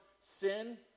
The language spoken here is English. sin